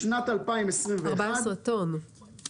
בשנת 2021 הייבוא